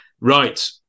right